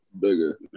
Bigger